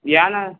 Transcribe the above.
या ना